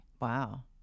Wow